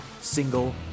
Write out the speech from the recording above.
single